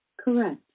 Correct